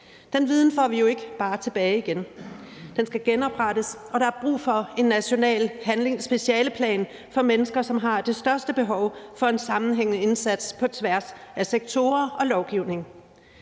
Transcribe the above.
Den viden får vi jo ikke bare tilbage igen. Den skal genoprettes, og der er brug for en national specialeplan for mennesker, som har det største behov for en sammenhængende indsats på tværs af sektorer og lovgivning.